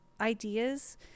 ideas